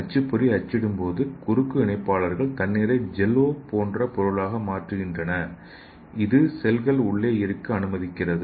அச்சுப்பொறி அச்சிடும் போது குறுக்கு இணைப்பாளர்கள் தண்ணீரை ஜெல் ஓ போன்ற பொருளாக மாற்றுகின்றன இது செல்கள் உள்ளே இருக்க அனுமதிக்கிறது